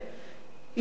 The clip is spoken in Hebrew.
יש קבוצה,